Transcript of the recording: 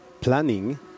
planning